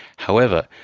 however,